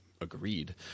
Agreed